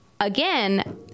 again